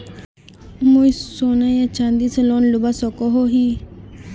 मुई सोना या चाँदी से लोन लुबा सकोहो ही?